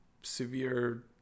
severe